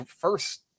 first